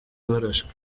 barashwe